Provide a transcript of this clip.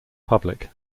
public